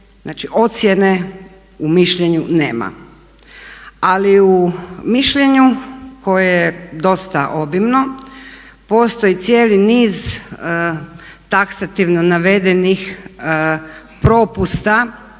Znači ocjene u mišljenju nema. Ali u mišljenju koje je dosta obimno postoji cijeli niz taksativno navedenih propusta